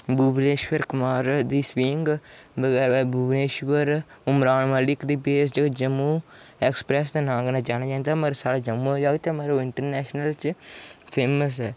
भुवनेश्वर कुमार दी स्विंग भुवनेश्वर उम्रान मलिक दी पेस च जम्मू ऐक्सप्रैस दे नां कन्नै जानी जंदा ऐ मगर साढे जम्मू दा जागत ऐ मगर इंटरनैशनल च फेमस ऐ